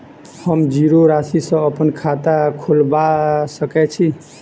हम जीरो राशि सँ अप्पन खाता खोलबा सकै छी?